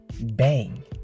bang